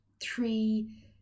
three